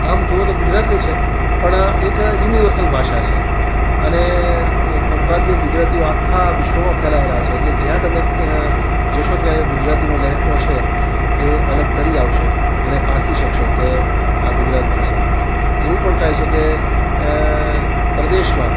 આમ જુઓ તો ગુજરાતની છે પણ એક યુનિવર્સલ ભાષા છે અને સદભાગ્યે ગુજરાતીઓ આખા વિશ્વમાં ફેલાયેલા છે એટલે જ્યાં તમે જશો ત્યાં ગુજરાતીનો લહેકો છે એ અલગ તરી આવશે અને પારખી શકશો કે આ ગુજરાતના છે એવું પણ થાય છે કે પરદેશમાં